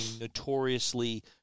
notoriously